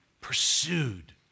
pursued